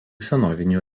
senovinių